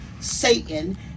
Satan